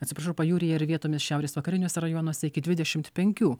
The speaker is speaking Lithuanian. atsiprašau pajūryje ir vietomis šiaurės vakariniuose rajonuose iki dvidešimt penkių